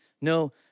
No